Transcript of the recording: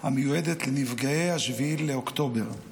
המיועדת לנפגעי 7 באוקטובר.